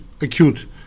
acute